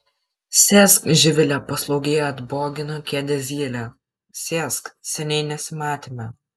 sėsk živile paslaugiai atbogino kėdę zylė sėsk seniai nesimatėme